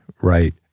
right